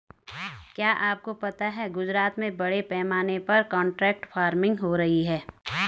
क्या आपको पता है गुजरात में बड़े पैमाने पर कॉन्ट्रैक्ट फार्मिंग हो रही है?